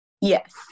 Yes